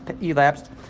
elapsed